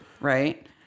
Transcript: right